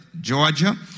Georgia